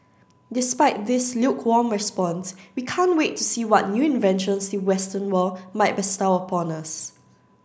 despite this lukewarm response we can't wait to see what new inventions the western world might bestow upon us